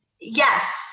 Yes